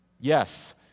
Yes